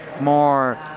more